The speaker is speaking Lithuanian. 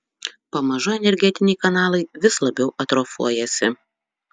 pamažu energetiniai kanalai vis labiau atrofuojasi